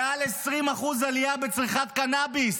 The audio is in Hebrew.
מעל 20% עלייה בצריכת קנביס.